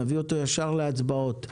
נביא אותו ישר להצבעות.